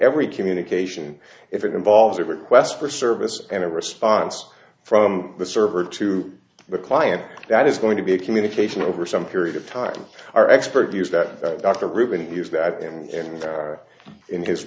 every communication if it involves a request for service and a response from the server to the client that is going to be a communication over some period of time our expert views that dr rubin used that i think in his